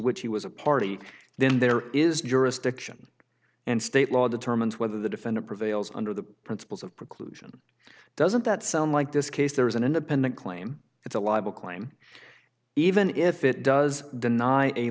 which he was a party then there is jurisdiction and state law determines whether the defendant prevails under the principles of preclusion doesn't that sound like this case there is an independent claim it's a libel claim even if it does deny a